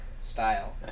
style